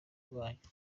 bwacu